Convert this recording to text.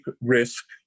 risk